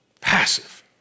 passive